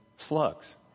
Slugs